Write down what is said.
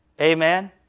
Amen